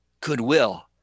Goodwill